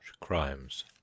crimes